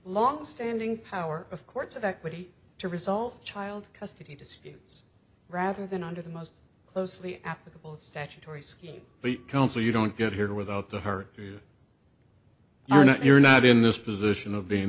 long standing power of courts of equity to result child custody disputes rather than under the most closely applicable statutory scheme but counsel you don't get here without the heart you're not you're not in this position of being